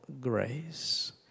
grace